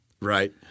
Right